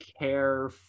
care